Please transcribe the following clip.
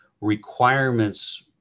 requirements